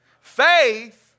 Faith